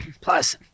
Plus